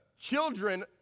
children